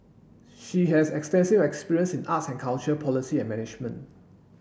she has extensive experience in arts and culture policy and management